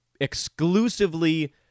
exclusively